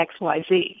XYZ